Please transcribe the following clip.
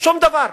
שום דבר,